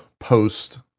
post